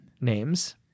names